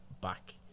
back